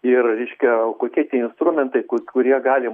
ir reiškia kokie tie instrumentai ku kurie gali